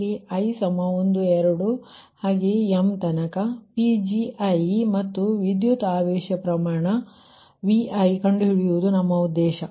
ಇಲ್ಲಿ i12m ಗಾಗಿ Pgi ಮತ್ತು ವಿದ್ಯುತ್ ಆವೇಶ ಪ್ರಮಾಣVi ಕಂಡು ಹಿಡಿಯುವುದು ನಮ್ಮ ಉದ್ಡೇಶ